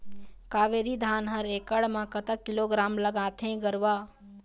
कावेरी धान हर एकड़ म कतक किलोग्राम लगाथें गरवा?